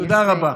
תודה רבה.